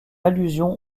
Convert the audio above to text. allusion